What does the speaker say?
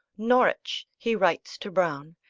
norwich, he writes to browne,